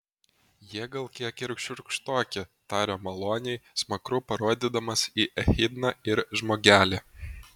jie gal kiek ir šiurkštoki tarė maloniai smakru parodydamas į echidną ir žmogelį